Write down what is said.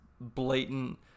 blatant